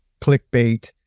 clickbait